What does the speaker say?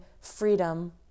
freedom